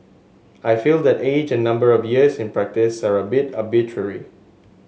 I feel that age and number of years in practice are a bit arbitrary